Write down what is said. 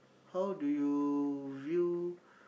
how do you view